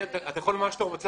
אתה יכול לומר מה שאתה רוצה,